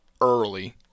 early